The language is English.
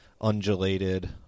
undulated